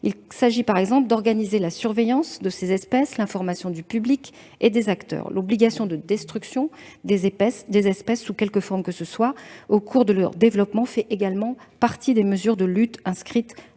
Il s'agit, par exemple, d'organiser leur surveillance, ainsi que l'information du public et des acteurs concernés. L'obligation de destruction des espèces sous quelque forme que ce soit au cours de leur développement fait également partie des mesures de lutte inscrites